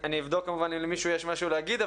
אני אבדוק אם יש למישהו משהו להגיד,